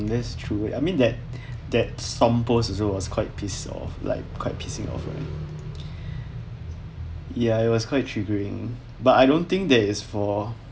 that's true I mean that that's some post also was quite piss off like quite pissing off right ya it was quite triggering but I don't think that is for